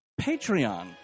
Patreon